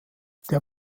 der